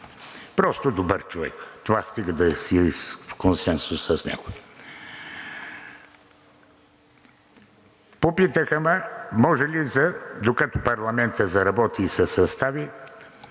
Просто добър човек. Това стига да си в консенсус с него. Попитаха ме: може ли, докато парламентът заработи и се състави,